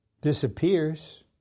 disappears